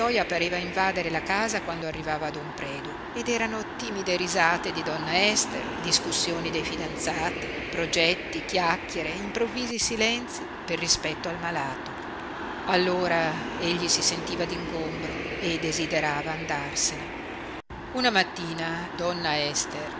pareva invadere la casa quando arrivava don predu ed erano timide risate di donna ester discussioni dei fidanzati progetti chiacchiere improvvisi silenzi per rispetto al malato allora egli si sentiva d'ingombro e desiderava andarsene una mattina donna ester